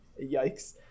yikes